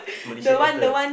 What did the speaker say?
Malaysia enter